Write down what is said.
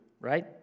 right